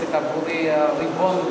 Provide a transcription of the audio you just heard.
הכנסת עבורי היא הריבון,